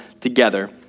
together